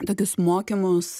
tokius mokymus